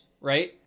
right